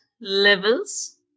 levels